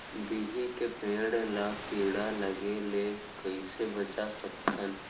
बिही के पेड़ ला कीड़ा लगे ले कइसे बचा सकथन?